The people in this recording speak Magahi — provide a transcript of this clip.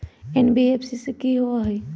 एन.बी.एफ.सी कि होअ हई?